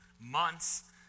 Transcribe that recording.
months